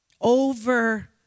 over